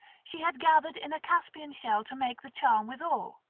she had gathered in a caspian shell to make the charm withal,